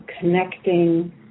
connecting